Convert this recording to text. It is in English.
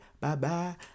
bye-bye